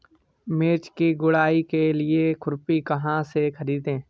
मिर्च की गुड़ाई के लिए खुरपी कहाँ से ख़रीदे?